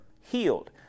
healed